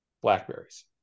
blackberries